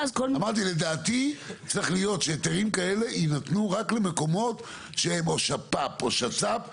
אמרתי שלדעתי צריך שהיתרים כאלה יינתנו רק למקומות שהם או שפ"פ או שצ"פ,